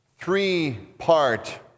three-part